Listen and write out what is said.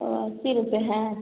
ओ अस्सी रुपए है